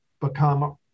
become